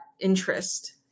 interest